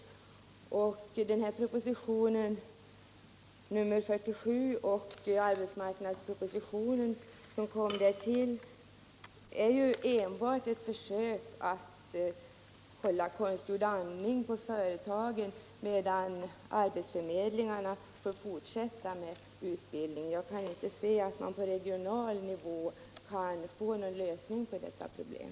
Propositionen om strukturomvandlingen inom specialstålsindustrin och arbetsmarknadspropositionen är ju enbart ett försök att göra konstgjord andning på företagen, medan arbetsförmedlingarna får fortsätta med utbildningen. Jag kan inte förstå att man på regional nivå skall kunna lösa detta problem.